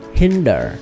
hinder